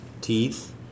teeth